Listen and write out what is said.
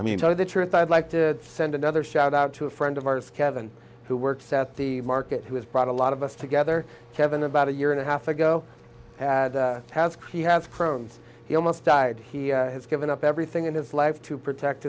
i mean tell you the truth i'd like to send another shout out to a friend of ours kevin who works at the market who has brought a lot of us together kevin about a year and a half ago has creek has crumbs he almost died he has given up everything in his life to protect